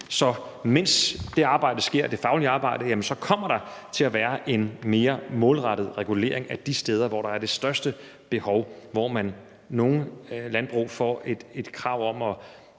om, at der jo så, mens det faglige arbejde sker, kommer til at være en mere målrettet regulering af de steder, hvor der er det største behov, og hvor nogle landbrug får et krav om at